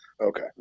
Okay